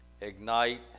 ignite